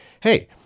Hey